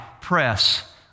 press